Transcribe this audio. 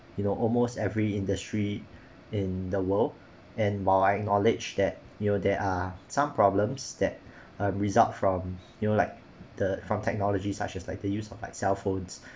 you know almost every industry in the world and while I acknowledged that you know there are some problems that uh result from you know like the from technology such as like the use of like cell phones